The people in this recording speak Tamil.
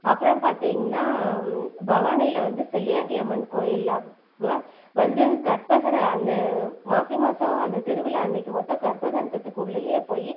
அப்புறம் பார்த்தீங்கன்னா பவானியில் வந்து செல்லியாண்டி அம்மன் கோயிலில்ப்ப வந்து கற்பகரை அந்த மாசி மாதம் அந்த திருவிழா அன்னைக்கி மட்டும் கற்பகிரகத்துக்கு உள்ளேயே போய்